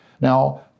Now